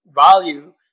value